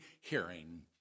hearing